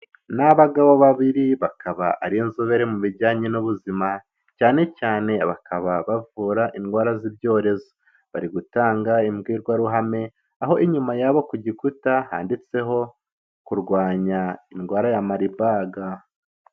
Niabagabo babiri, bakaba ari inzobere mu bijyanye n'ubuzima, cyane cyane bakaba bavura indwara z'ibyorezo. Bari gutanga imbwirwaruhame, aho inyuma yabo ku gikuta, handitseho kurwanya indwara ya Marburg.